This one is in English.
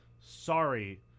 Sorry